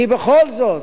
כי בכל זאת,